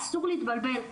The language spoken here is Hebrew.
אסור להתבלבל,